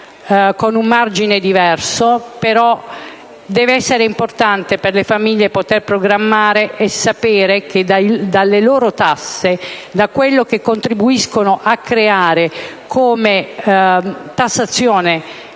con un margine diverso. Deve essere importante per le famiglie poter programmare e sapere che dalle loro tasse, da quello che contribuiscono a creare nel Paese in